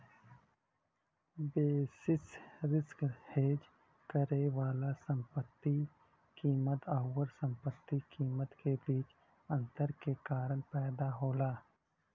basis risk hedge करे वाला संपत्ति क कीमत आउर संपत्ति क कीमत के बीच अंतर के कारण पैदा होला